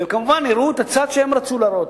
והם כמובן הראו את הצד שהם רצו להראות.